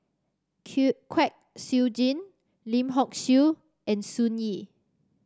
Kwek Siew Jin Lim Hock Siew and Sun Yee